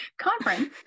conference